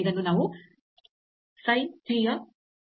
ಇದನ್ನು ನಾವು psi t ನಿಂದ ಸೂಚಿಸುತ್ತೇವೆ